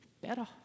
better